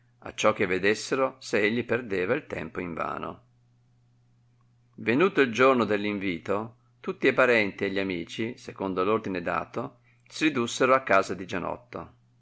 l'esaminasse acciò che vedessero se egli perdeva il tempo in vano venuto il giorno dell invito tutti e parenti e gli amici secondo l ordine dato si ridussero a casa di gianotto